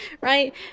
Right